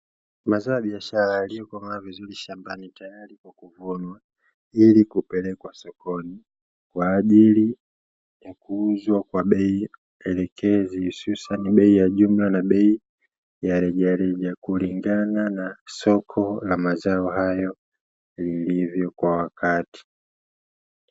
Mazao ya biashara yaliyoko mara vizuri shambani tayari kwa kuvunwa, ili kupelekwa sokoni kwa ajili ya kuuzwa kwa bei elekezi hususani bei ya jumla na bei ya rejareja, kulingana na soko la mazao hayo lilivyo kwa wakati.